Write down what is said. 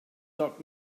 doc